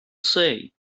say